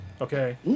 Okay